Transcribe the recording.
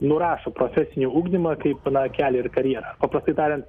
nurašo profesinį ugdymą kaip na kelią ir karjerą paprastai tarian